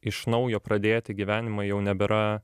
iš naujo pradėti gyvenimą jau nebėra